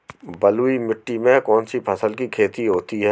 बलुई मिट्टी में कौनसी फसल की खेती होती है?